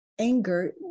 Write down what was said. Anger